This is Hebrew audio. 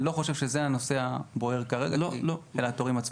אני לא חושב שזה הנושא הבוער כרגע של התורים עצמם.